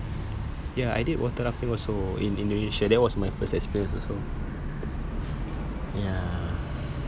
mm ya I did water rafting also in indonesia that was my first experience also ya